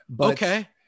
okay